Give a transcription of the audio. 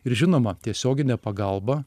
ir žinoma tiesioginė pagalba